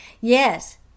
Yes